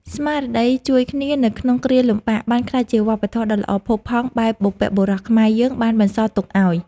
ស្មារតីជួយគ្នានៅក្នុងគ្រាលំបាក បានក្លាយជាវប្បធម៌ដ៏ល្អផូរផង់ដែលបុព្វបុរសខ្មែរយើងបានបន្សល់ទុកឱ្យ។